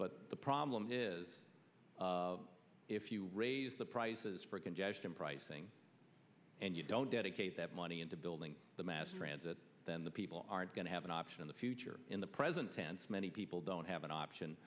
but the problem is if you raise the prices for congestion pricing and you don't dedicate that money into building the mass transit then the people aren't going to have an option in the future in the present tense many people don't have an option